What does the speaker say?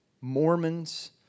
Mormons